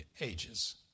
ages